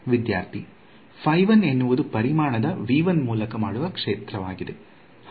ವಿದ್ಯಾರ್ಥಿ phi 1 ಎನ್ನುವುದು ಪರಿಮಾಣದ ಮೂಲಕ ಮಾಡುವ ಕ್ಷೇತ್ರವಾಗಿದೆ